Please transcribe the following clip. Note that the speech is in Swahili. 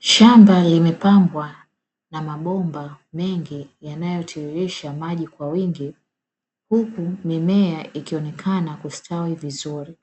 Shamba limepambwa na mabomba mengi yanayotiririsha maji kwa wingi, huku mimea ikionekana kustawi vizuri.